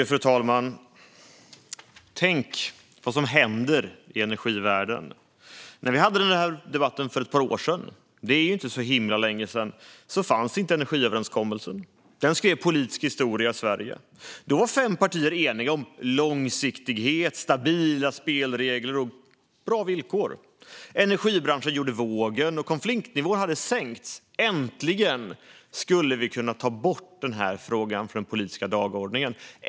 Fru talman! Tänk på vad som händer i energivärlden! När vi hade denna debatt för ett par år sedan - inte så länge sedan - fanns inte energiöverenskommelsen. Den skrev politisk historia i Sverige. Då var fem partier eniga om långsiktighet, stabila spelregler och bra villkor. Energibranschen gjorde vågen, och konfliktnivån sänktes. Äntligen skulle vi kunna ta bort frågan från den politiska dagordningen.